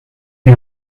you